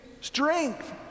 Strength